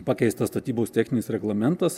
pakeistas statybos techninis reglamentas